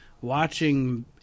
watching